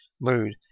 mood